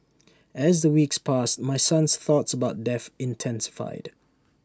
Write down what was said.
as the weeks passed my son's thoughts about death intensified